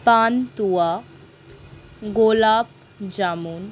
pantua gulab jamun